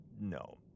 No